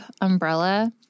umbrella